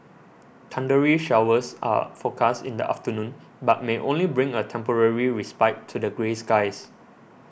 thundery showers are forecast in the afternoon but may only bring a temporary respite to the grey skies